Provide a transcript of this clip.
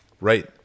right